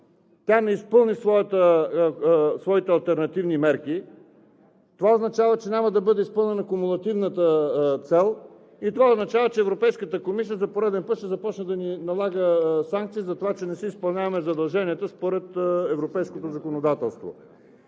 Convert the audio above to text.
тя не изпълни своите алтернативни мерки, това означава, че няма да бъде изпълнена кумулативната цел и това означава, че Европейската комисия за пореден път ще започне да ни налага санкции за това, че не си изпълняваме задълженията според европейското законодателство.